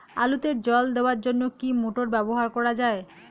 আলুতে জল দেওয়ার জন্য কি মোটর ব্যবহার করা যায়?